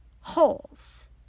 holes